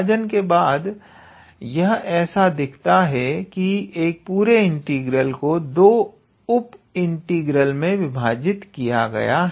विभाजन के बाद यह ऐसा दिखता है कि एक पूरे इंटीग्रल को दो उप इंटीग्रल में विभाजित किया हो